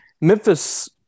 Memphis